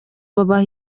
babaha